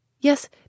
Yes